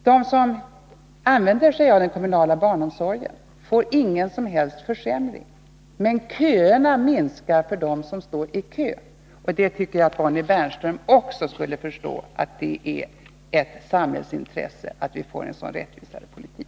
De som använder sig av den kommunala barnomsorgen får ingen som helst försämring, men köerna minskar. Bonnie Bernström borde också förstå att det är ett samhällsintresse att vi får en rättvisare politik.